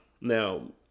Now